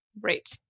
Right